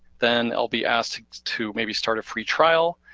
then i'll be asked to maybe start a free trial,